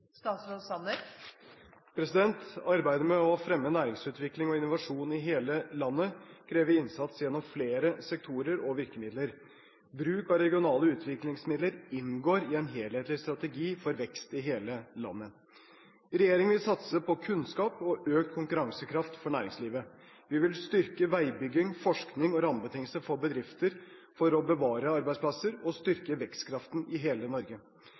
Arbeidet med å fremme næringsutvikling og innovasjon i hele landet krever innsats gjennom flere sektorer og virkemidler. Bruk av regionale utviklingsmidler inngår i en helhetlig strategi for vekst i hele landet. Regjeringen vil satse på kunnskap og økt konkurransekraft for næringslivet. Vi vil styrke veibygging, forskning og rammebetingelser for bedrifter for å bevare arbeidsplasser og styrke vekstkraften i hele Norge.